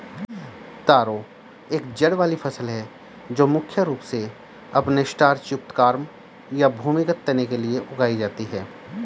तारो एक जड़ वाली फसल है जो मुख्य रूप से अपने स्टार्च युक्त कॉर्म या भूमिगत तने के लिए उगाई जाती है